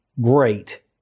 great